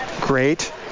Great